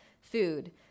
Food